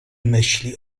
myśli